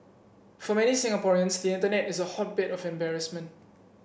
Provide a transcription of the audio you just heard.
for many Singaporeans the internet is a hotbed of embarrassment